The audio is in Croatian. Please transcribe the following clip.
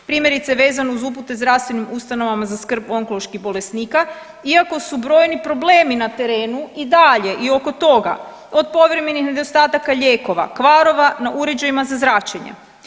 Primjerice vezano uz upute zdravstvenim ustanovama za skrb onkoloških bolesnika iako su brojni problemi na terenu i dalje i oko toga, od povremenih nedostataka lijekova, kvarova na uređajima za zračenje.